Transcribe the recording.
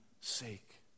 sake